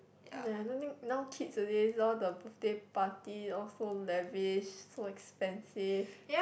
and I don't think now kids a days all the birthday party all so lavish so expensive